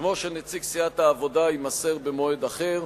שמו של נציג סיעת העבודה יימסר במועד אחר.